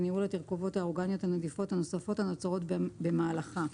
וניהול התרכובות האורגניות הנדיפות הנוספות הנוצרות במהלכה,